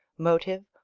motive,